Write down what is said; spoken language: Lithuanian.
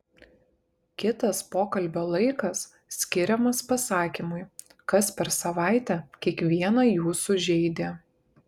kitas pokalbio laikas skiriamas pasakymui kas per savaitę kiekvieną jūsų žeidė